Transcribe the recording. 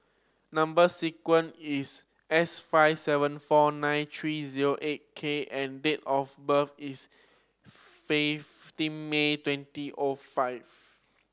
number sequence is S five seven four nine three zero eight K and date of birth is fifteen May twenty of five